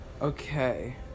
Okay